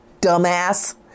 dumbass